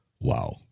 Wow